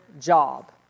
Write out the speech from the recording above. job